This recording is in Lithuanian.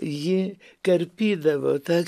ji karpydavo tas